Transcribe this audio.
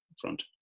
front